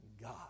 God